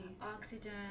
Oxygen